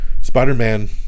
Spider-Man